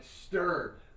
stirred